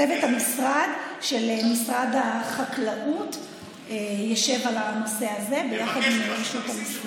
צוות משרד החקלאות ישב על הנושא הזה יחד עם רשות המיסים.